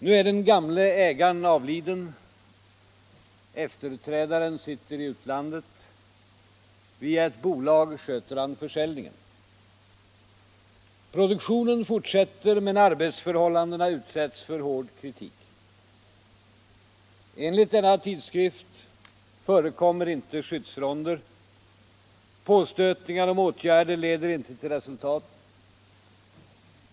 Nu är den gamle ägaren avliden. Efterträdaren sitter i utlandet. Via ett bolag sköter han försäljningen. Produktionen fortsätter. Men arbetsförhållandena utsätts för hård kritik. Enligt tidskriften förekommer inte skyddsronder. Påstötningar om åtgärder leder inte till resultat.